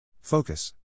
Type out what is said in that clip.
Focus